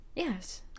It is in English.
yes